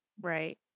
Right